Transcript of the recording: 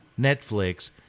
Netflix